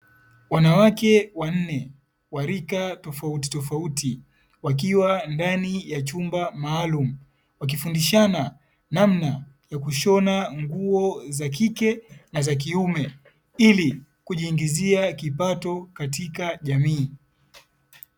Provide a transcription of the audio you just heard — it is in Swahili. Wanawake wanne wa rika tofauti tofauti wakiwa ndani ya chumba maalum, wakifundishana namna ya kushona nguo za kike na za kiume ili kujiingizia kipato katika jamii.